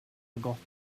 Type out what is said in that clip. forgotten